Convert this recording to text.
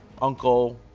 Uncle